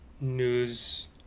news